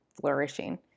flourishing